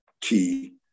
key